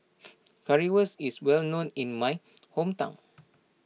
Currywurst is well known in my hometown